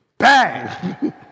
Bang